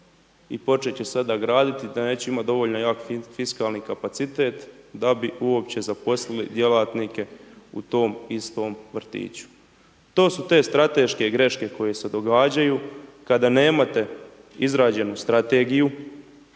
i početi će sada graditi da neće imati dovoljno jak fiskalni kapacitet da bi uopće zaposlili djelatnike u tom istom vrtiću. To su te strateške greške koje se događaju kada nemate izrađenu strategiju,